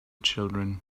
children